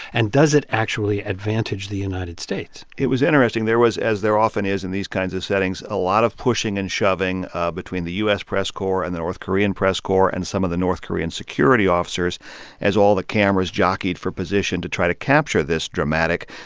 and does it actually advantage the united states? it was interesting. there was, as there often is in these kinds of settings, a lot of pushing and shoving ah between the u s. press corps and the north korean press corps and some of the north korean security officers as all the cameras jockeyed for position to try to capture this dramatic,